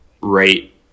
right